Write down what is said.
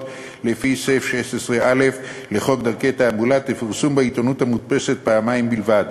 לפי סעיף 16(א) לחוק דרכי תעמולה תפורסם בעיתונות המודפסת פעמיים בלבד,